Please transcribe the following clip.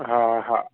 हा हा